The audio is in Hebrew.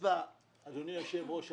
אדוני היושב ראש,